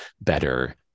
better